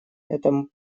это